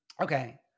Okay